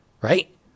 right